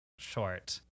Short